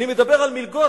אני מדבר על מלגות,